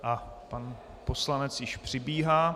Á, pan poslanec již přibíhá.